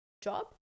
job